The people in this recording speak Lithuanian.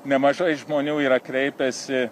nemažai žmonių yra kreipęsi